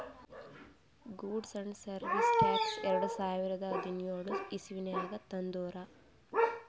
goods and service tax ಎರಡು ಸಾವಿರದ ಹದಿನ್ಯೋಳ್ ಇಸವಿನಾಗ್ ತಂದುರ್